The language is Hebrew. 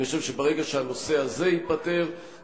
אני חושב שברגע שהנושא הזה ייפתר,